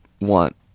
want